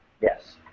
Yes